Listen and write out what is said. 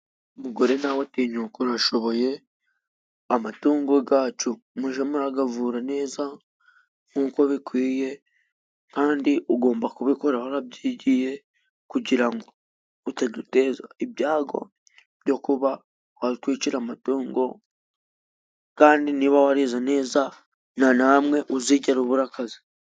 Mugore nawe tinyuka urashoboye, amatungo yacu mujye murayavura neza nk'uko bikwiye. Kandi ugomba kubikora warabyigiye kugira ngo utaduteza ibyago, byo kuba watwicira amatungo. Kandi niba warize neza nta na rimwe uzigera ubura akazi.